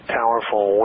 powerful